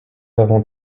avons